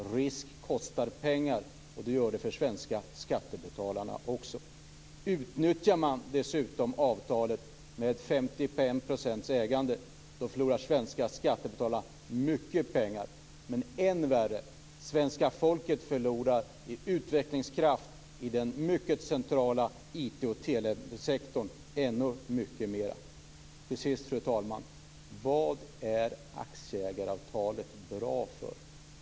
Risker kostar pengar. Det kostar också för de svenska skattebetalarna. Om man utnyttjar avtalet om 55 % ägande förlorar svenska skattebetalare mycket pengar. Vad som är än värre är att svenska folket förlorar ännu mycket mer i utvecklingskraft i den mycket centrala IT och telesektorn. Fru talman! Vad är aktieägaravtalet bra för?